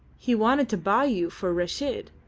he wanted to buy you for reshid,